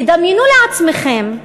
תדמיינו לעצמכם,